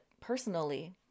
personally